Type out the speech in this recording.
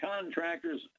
contractors